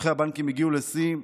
רווחי הבנקים הגיעו לשיא.